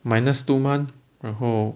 minus two month 然后